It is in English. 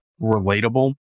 relatable